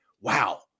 wow